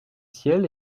ciel